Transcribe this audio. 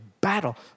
battle